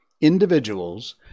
individuals